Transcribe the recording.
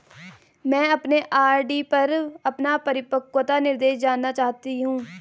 मैं अपने आर.डी पर अपना परिपक्वता निर्देश जानना चाहती हूँ